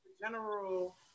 General